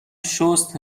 شست